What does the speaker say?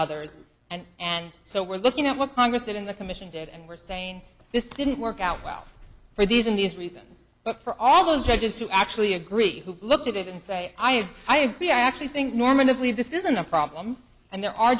others and and so we're looking at what congress did in the commission did and we're saying this didn't work out well for these and these reasons but for all those judges who actually agree looked at it and say i am i agree i actually think namin if we have this isn't a problem and there are